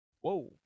Whoa